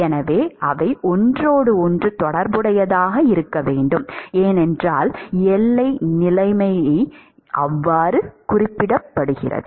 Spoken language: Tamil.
எனவே அவை ஒன்றோடொன்று தொடர்புடையதாக இருக்க வேண்டும் ஏனென்றால் எல்லை நிலைமைகள் அவ்வாறு குறிப்பிடுகின்றன